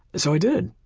so i did.